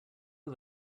are